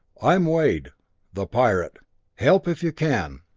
i'm wade the pirate help if you can.